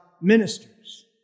ministers